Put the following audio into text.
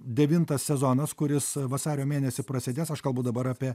devintas sezonas kuris vasario mėnesį prasidės aš kalbu dabar apie